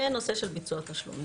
ונושא של ביצוע תשלומים.